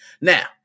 now